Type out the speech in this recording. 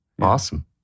Awesome